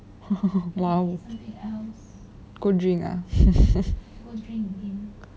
!wow! go drink ah